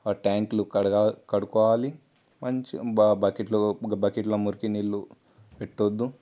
ట్యాంకులు కడగాలి కడుక్కోవాలి మంచిగా బకెట్లో బకెట్లో మురికినీళ్లు పెట్టొద్దు